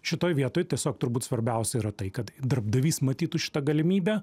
šitoj vietoj tiesiog turbūt svarbiausia yra tai kad darbdavys matytų šitą galimybę